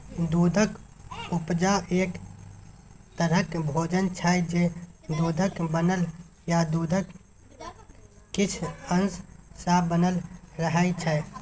दुधक उपजा एक तरहक भोजन छै जे दुधक बनल या दुधक किछ अश सँ बनल रहय छै